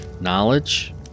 Knowledge